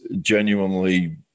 genuinely